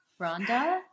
Rhonda